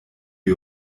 die